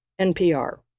NPR